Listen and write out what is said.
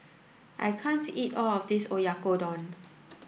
I can't eat all of this Oyakodon